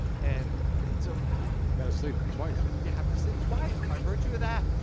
and so. you gotta sleep twice. you have to sleep twice! by virtue of that,